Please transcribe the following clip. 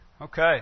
Okay